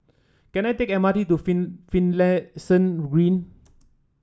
can I take M R T to Finlayson Green